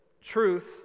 truth